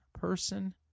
person